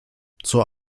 zur